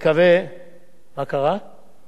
לעוזרת של אורי.